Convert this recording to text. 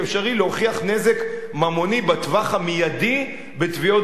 להוכיח נזק ממוני בטווח המיידי בתביעות דיבה,